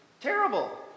Terrible